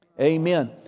Amen